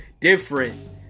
different